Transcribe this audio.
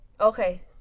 Okay